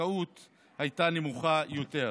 הזכאות הייתה נמוכה יותר.